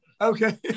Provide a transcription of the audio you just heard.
Okay